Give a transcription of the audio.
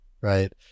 right